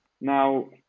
now